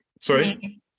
sorry